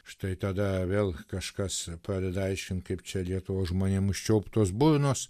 štai tada vėl kažkas pradeda aiškint kaip čia lietuvos žmonėm užčiauptos burnos